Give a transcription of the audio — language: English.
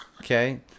Okay